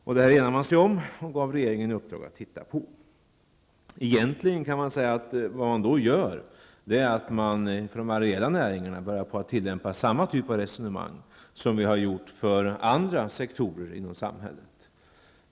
Man enade sig om detta och gav regeringen i uppdrag att titta på detta. Vad man egentligen har gjort är att man för de areella näringarna börjar tillämpa samma typ av resonemang som man har gjort för andra sektorer i samhället.